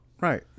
Right